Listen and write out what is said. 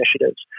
initiatives